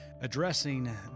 addressing